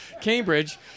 Cambridge